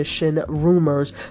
rumors